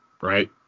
right